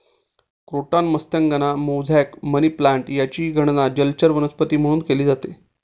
croton मत्स्यांगना, mosaic, money plant यांचीही गणना जलचर वनस्पती म्हणून केली जाते